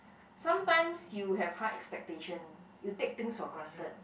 sometimes you have high expectation you take things for granted